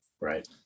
Right